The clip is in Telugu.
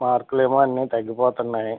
మార్కులేమో అన్నీ తగ్గిపోతున్నాయి